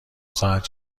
ساعت